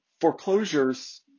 foreclosures